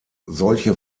solche